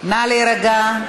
נא להירגע.